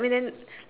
I thought you say got